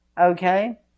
okay